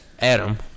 Adam